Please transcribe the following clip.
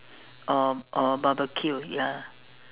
or or barbecued ya